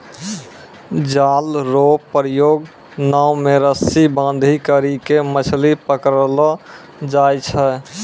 जाल रो प्रयोग नाव मे रस्सी बांधी करी के मछली पकड़लो जाय छै